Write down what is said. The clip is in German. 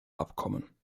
abkommen